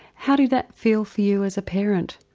how did that feel for you as a parent?